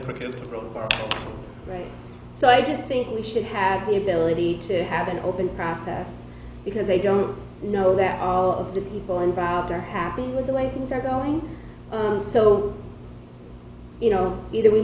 predictably so i just think we should have the ability to have an open process because they don't know that all of the people involved are happy with the way things are going on so you know either we